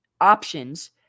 options